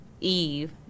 eve